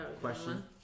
question